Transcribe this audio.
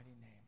name